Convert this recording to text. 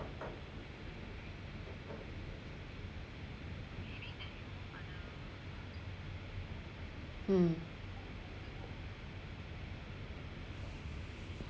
mm